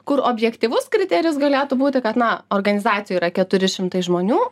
kur objektyvus kriterijus galėtų būti kad na organizacijoj yra keturi šimtai žmonių